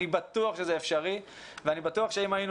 אני בטוח שזה אפשרי ואני בטוח שאם היינו